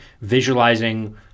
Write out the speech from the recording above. visualizing